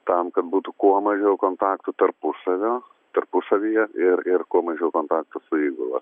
tam kad būtų kuo mažiau kontaktų tarpusavio tarpusavyje ir ir kuo mažiau kontaktų su įgula